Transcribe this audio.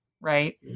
Right